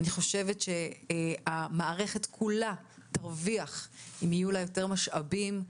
אני חושבת שהמערכת כולה תרוויח אם יהיו לה יותר משאבים.